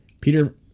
peter